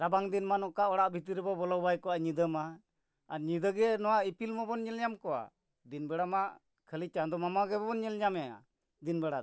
ᱨᱟᱵᱟᱝ ᱫᱤᱱ ᱢᱟ ᱱᱚᱝᱠᱟ ᱚᱲᱟᱜ ᱵᱷᱤᱛᱤᱨ ᱨᱮᱵᱚᱱ ᱵᱚᱞᱚ ᱵᱟᱭ ᱠᱚᱜᱼᱟ ᱧᱤᱫᱟᱹ ᱢᱟ ᱟᱨ ᱧᱤᱫᱟᱹ ᱜᱮ ᱱᱚᱣᱟ ᱤᱯᱤᱞ ᱢᱟᱵᱚᱱ ᱧᱮᱞ ᱧᱟᱢ ᱠᱚᱣᱟ ᱫᱤᱱ ᱵᱮᱲᱟ ᱢᱟ ᱠᱷᱟᱹᱞᱤ ᱪᱟᱸᱫᱚ ᱢᱟᱢᱟ ᱜᱮᱵᱚᱱ ᱧᱮᱞ ᱧᱟᱢᱮᱭᱟ ᱫᱤᱱ ᱵᱮᱲᱟ ᱫᱚ